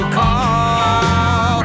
call